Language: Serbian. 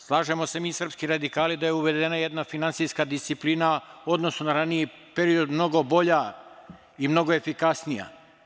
Slažemo se mi srpski radikali da je uvedena jedna finansijska disciplina u odnosu na raniji period mnogo bolja i mnogo efikasnija.